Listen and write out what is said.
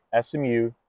SMU